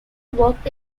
worked